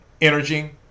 Energy